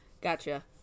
Gotcha